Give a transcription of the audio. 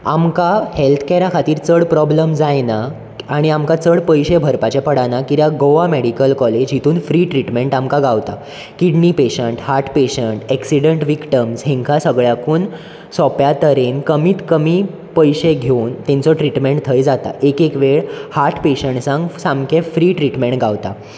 आमका हॅल्थ केरा खातीर चड प्रोब्लम जायना आनी आमकां चड पयशे भरपाचे पडना कित्याक गोवा मॅडीकल कॉलेज हितून फ्री ट्रिटमेंट आमकां गावता kidney patient heart patient accident victim हांकां सगळ्यांकून सोंप्या तरेन कमीत कमी पयशे घेवन तेंचो ट्रिटमेंट थंय जाता एक एक वेळ हार्ट पेशंट्सांक सामके फ्री ट्रिटमेंट गावता